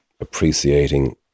Appreciating